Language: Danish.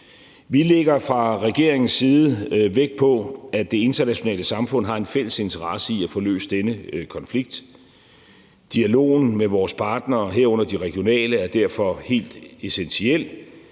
Vi lægger fra regeringens side vægt på, at det internationale samfund har en fælles interesse i at få løst denne konflikt. Dialogen med vores partnere, herunder de regionale, er derfor helt essentiel.